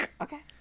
Okay